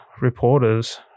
reporters –